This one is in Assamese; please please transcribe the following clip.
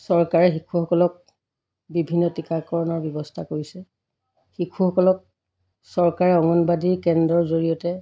চৰকাৰে শিশুসকলক বিভিন্ন টীকাকৰণৰ ব্যৱস্থা কৰিছে শিশুসকলক চৰকাৰে অংনবাদী কেন্দ্ৰৰ জৰিয়তে